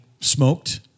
smoked